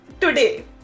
today